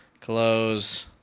Close